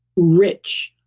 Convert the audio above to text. rich.